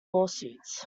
lawsuits